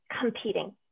competing